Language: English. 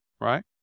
right